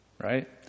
right